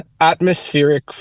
atmospheric